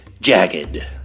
Jagged